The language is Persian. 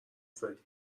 زدی